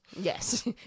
yes